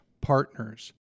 partners